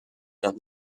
that